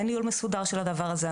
אין ניהול מסודר של הדבר הזה,